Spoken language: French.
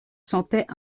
sentaient